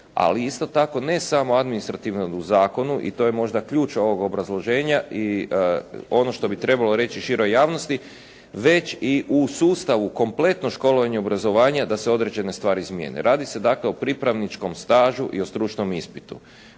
ali isto tako ne samo administrativne u zakonu i to je možda ključ ovog obrazloženja i ono što bi trebalo reći široj javnosti, već i u sustavu kompletno školovanja i obrazovanja da se određene stvari izmijene. Radi se dakle o pripravničkom stažu i o stručnom ispitu.